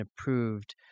approved